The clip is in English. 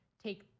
take